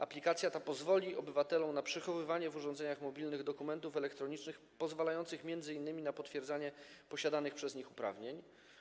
Aplikacja ta pozwoli obywatelom na przechowywanie w urządzeniach mobilnych dokumentów elektronicznych pozwalających m.in. na potwierdzanie posiadanych przez nich uprawnień.